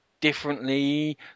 differently